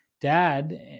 dad